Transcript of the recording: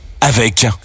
Avec